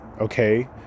okay